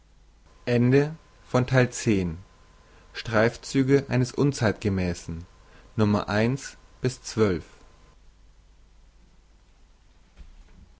streifzüge eines unzeitgemässen